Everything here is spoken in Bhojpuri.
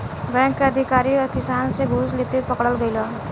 बैंक के अधिकारी किसान से घूस लेते पकड़ल गइल ह